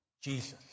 Jesus